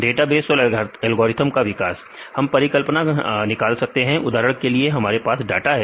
database और algorithm का विकास हम परिकल्पना निकाल सकते हैं उदाहरण के लिए हमारे पास डाटा है